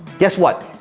guess what?